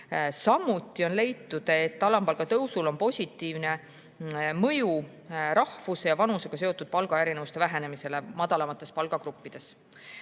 Samuti on leitud, et alampalga tõusul on positiivne mõju rahvuse ja vanusega seotud palgaerinevuste vähenemisele madalamates palgagruppides. Alampalk